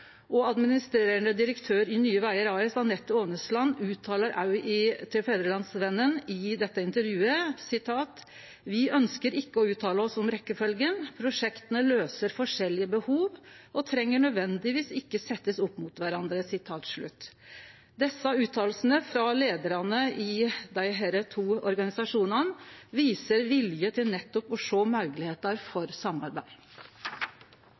Og administrerande direktør i Nye Vegar AS, Anette Aanesland, uttaler til Fædrelandsvennen i dette intervjuet: «Vi ønsker ikke å uttale oss om rekkefølgen. Prosjektene løser forskjellige behov, og trenger nødvendigvis ikke settes opp mot hverandre.» Desse utsegnene frå leiarane i desse to organisasjonane viser vilje til nettopp å